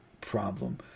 problem